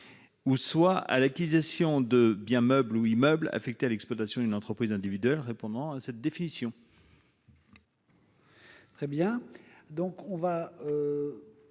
; soit à l'acquisition de biens meubles ou immeubles affectés à l'exploitation d'une entreprise individuelle répondant à cette définition. Le sous-amendement n°